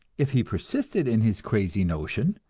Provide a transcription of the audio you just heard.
if he persisted in his crazy notion,